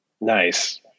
Nice